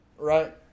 Right